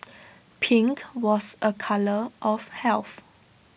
pink was A colour of health